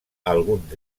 alguns